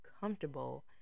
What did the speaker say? comfortable